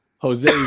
Jose